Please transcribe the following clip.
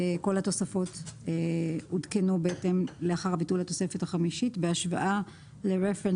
כל התוספות עודכנו לאחר ביטול התוספת החמישית בהשוואה ל-Reference